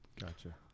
Gotcha